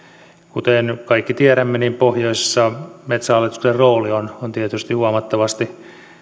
kuten kaikki tiedämme niin pohjoisessa metsähallituksen rooli on on tietysti huomattavasti